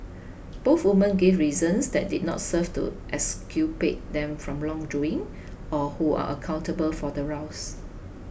both woman gave reasons that did not serve to exculpate them from wrongdoing or who are accountable for the ruse